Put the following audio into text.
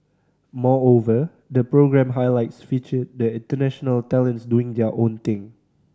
moreover the programme highlights featured the international talents doing their own thing